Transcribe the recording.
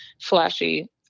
flashy